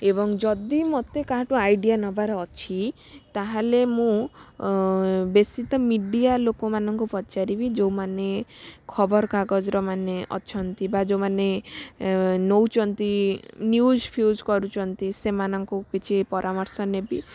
ଏବଂ ଯଦି ମୋତେ କାହାଠୁ ଆଇଡ଼ିଆ ନେବାର ଅଛି ତା'ହେଲେ ମୁଁ ବେଶି ତ ମିଡ଼ିଆ ଲୋକମାନଙ୍କୁ ପଚାରିବି ଯେଉଁମାନେ ଖବରକାଗଜର ମାନେ ଅଛନ୍ତି ବା ଯେଉଁମାନେ ନେଉଛନ୍ତି ନ୍ୟୁଜ ଫ୍ୟୁଜ କରୁଛନ୍ତି ସେମାନଙ୍କୁ କିଛି ପରାମର୍ଶ ନେବି